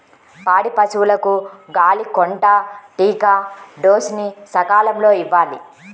పాడి పశువులకు గాలికొంటా టీకా డోస్ ని సకాలంలో ఇవ్వాలి